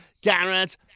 Garrett